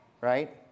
Right